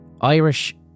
Irish